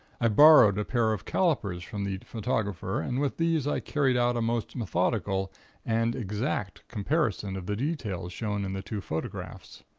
i borrowed a pair of calipers from the photographer and with these i carried out a most methodical and exact comparison of the details shown in the two photographs.